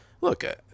look